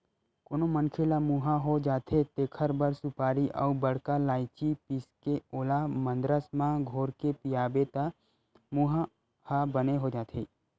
कोनो मनखे ल मुंहा हो जाथे तेखर बर सुपारी अउ बड़का लायची पीसके ओला मंदरस म घोरके पियाबे त मुंहा ह बने हो जाथे